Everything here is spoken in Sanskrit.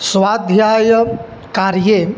स्वाध्यायकार्ये